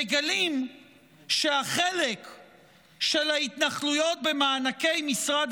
מגלים שהחלק של ההתנחלויות במענקי משרד